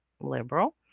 liberal